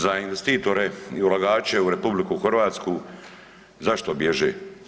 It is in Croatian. Za investitore i ulagače u RH, zašto bježe?